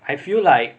I feel like